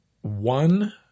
one